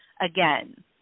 again